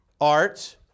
art